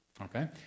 Okay